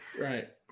right